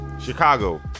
Chicago